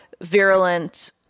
virulent